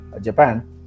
Japan